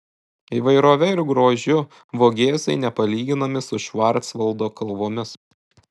įvairove ir grožiu vogėzai nepalyginami su švarcvaldo kalvomis